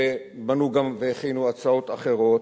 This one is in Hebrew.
והכינו גם הצעות אחרות,